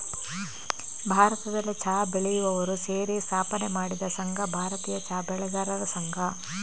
ಭಾರತದಲ್ಲಿ ಚಾ ಬೆಳೆಯುವವರು ಸೇರಿ ಸ್ಥಾಪನೆ ಮಾಡಿದ ಸಂಘ ಭಾರತೀಯ ಚಾ ಬೆಳೆಗಾರರ ಸಂಘ